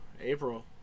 April